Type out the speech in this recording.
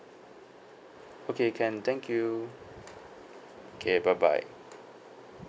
okay can thank you okay bye bye